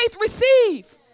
receive